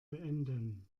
beenden